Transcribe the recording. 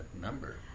number